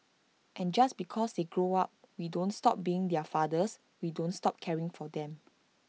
and just because they grow up we don't stop being their fathers we don't stop caring for them